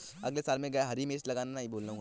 अगले साल मैं हरी मिर्च लगाना नही भूलूंगा